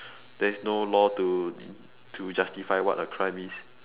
there is no law to to justify what a crime is